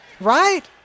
right